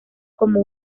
como